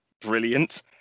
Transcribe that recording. brilliant